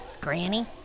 Granny